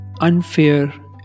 unfair